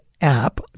app